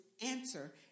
answer